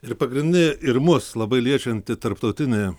ir pagrinde ir mus labai liečianti tarptautinė